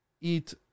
eat